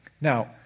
Now